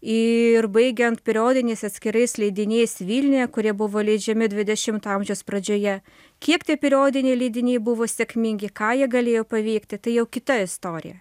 ir baigiant periodiniais atskirais leidiniais vilniuje kurie buvo leidžiami dvidešimto amžiaus pradžioje kiek tie periodiniai leidiniai buvo sėkmingi ką jie galėjo paveikti tai jau kita istorija